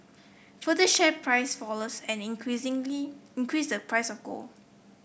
further share price falls and increasingly increase the price of gold